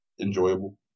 enjoyable